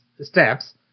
steps